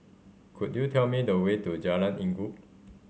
could you tell me the way to Jalan Inggu